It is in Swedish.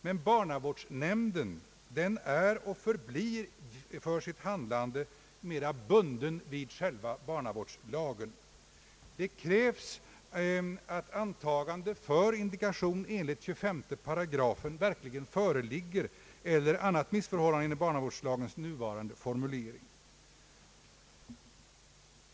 Men barnavårdsnämnden är och förblir i sitt handlande mera bunden vid själva barnavårdslagen. Det krävs att antagande för indikation enligt 25 § verkligen föreligger eller annat missförhållande enligt barnavårdslagens nuvarande formulering.